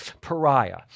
pariah